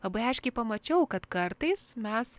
labai aiškiai pamačiau kad kartais mes